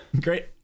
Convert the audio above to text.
Great